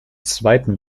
zweiten